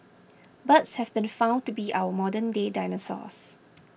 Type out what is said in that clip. birds have been found to be our modernday dinosaurs